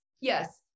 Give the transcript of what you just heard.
yes